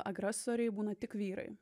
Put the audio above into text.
agresoriai būna tik vyrai